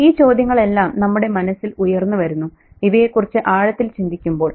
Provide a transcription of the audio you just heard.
ഈ ചോദ്യങ്ങളെല്ലാം നമ്മുടെ മനസ്സിൽ ഉയർന്നുവരുന്നു ഇവയെക്കുറിച്ച് ആഴത്തിൽ ചിന്തിക്കുമ്പോൾ